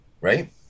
Right